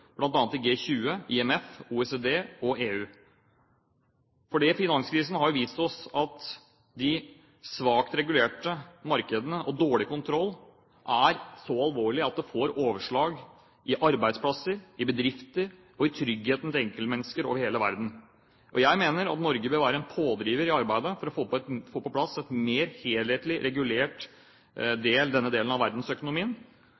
EU. For finanskrisen har vist oss at svakt regulerte markeder og dårlig kontroll er så alvorlig at det får utslag for arbeidsplasser, for bedrifter og for tryggheten til enkeltmennesker over hele verden. Jeg mener at Norge bør være en pådriver i arbeidet for å få på plass en mer helhetlig regulering av denne delen av verdensøkonomien. Når det gjelder den konkrete utformingen av forslagene, spenner jo mange av disse vidt, fra mer